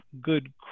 good